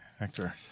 actor